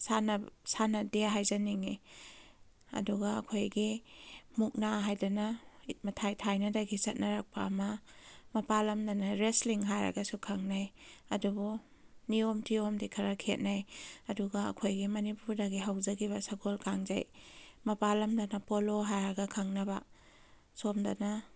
ꯁꯥꯟꯅꯗꯦ ꯍꯥꯏꯖꯅꯤꯡꯏ ꯑꯗꯨꯒ ꯑꯩꯈꯣꯏꯒꯤ ꯃꯨꯛꯅꯥ ꯍꯥꯏꯗꯅ ꯃꯊꯥꯏ ꯊꯥꯏꯅꯗꯒꯤ ꯆꯠꯅꯔꯛꯄ ꯑꯃ ꯃꯄꯥꯟ ꯂꯝꯗꯅ ꯔꯦꯁꯂꯤꯡ ꯍꯥꯏꯔꯒꯁꯨ ꯈꯪꯅꯩ ꯑꯗꯨꯕꯨ ꯅꯤꯌꯣꯝ ꯇꯨꯌꯣꯝꯗꯤ ꯈꯔ ꯈꯦꯠꯅꯩ ꯑꯗꯨꯒ ꯑꯩꯈꯣꯏꯒꯤ ꯃꯅꯤꯄꯨꯔꯗꯒꯤ ꯍꯧꯖꯈꯤꯕ ꯁꯥꯒꯣꯜ ꯀꯥꯡꯖꯩ ꯃꯄꯥꯟ ꯂꯝꯗꯅ ꯄꯣꯂꯣ ꯍꯥꯏꯔꯒ ꯈꯪꯅꯕ ꯁꯣꯝꯗꯅ